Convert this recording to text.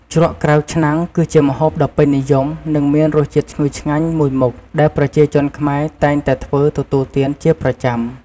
ជ្រក់ក្រៅឆ្នាំងគឺជាម្ហូបដ៏ពេញនិយម និងមានរសជាតិឈ្ងុយឆ្ងាញ់មួយមុខ ដែលប្រជាជនខ្មែរតែងតែធ្វើទទួលទានជាប្រចាំ។